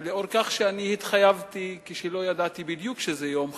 ולאור כך שאני התחייבתי כשלא ידעתי בדיוק שזה יום חג,